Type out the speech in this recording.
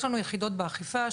יש לנו יחידות באכיפה,